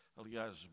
aliás